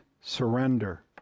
surrender